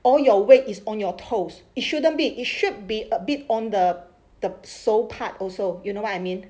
all your weight is on your toes it shouldn't be it should be a bit on the the sole part also you know what I mean